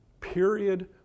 period